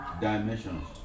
dimensions